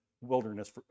wilderness